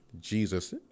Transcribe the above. jesus